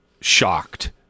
shocked